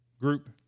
group